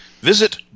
visit